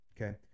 Okay